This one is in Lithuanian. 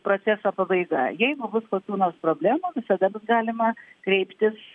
proceso pabaiga jeigu bus kokių nors problemų visada bus galima kreiptis